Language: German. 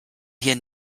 hier